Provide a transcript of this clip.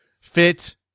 fit